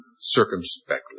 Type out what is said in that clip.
circumspectly